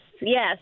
yes